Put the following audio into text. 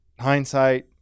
hindsight